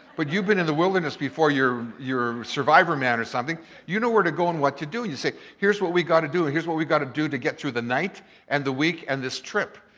but you've been in the wilderness before, you're a survivor man or something, you know where to go and what to do. you say here's what we gotta do and here's what we gotta do to get through the night and the week and this trip.